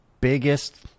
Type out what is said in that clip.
biggest